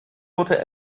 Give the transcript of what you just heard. torte